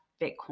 Bitcoin